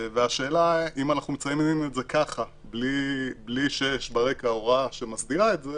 והשאלה אם אנחנו מציינים את זה ככה בלי שיש ברקע הוראה שמסדירה את זה